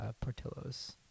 Portillo's